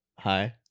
hi